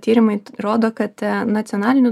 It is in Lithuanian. tyrimai rodo kad nacionaliniu